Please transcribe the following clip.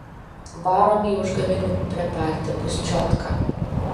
varom į užgavėnių prepartį bus čiotka